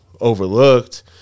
Overlooked